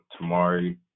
Tamari